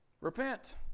repent